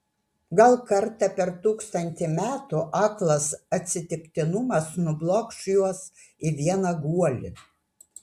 gal kartą per tūkstantį metų aklas atsitiktinumas nublokš juos į vieną guolį